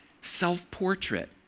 self-portrait